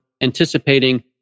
anticipating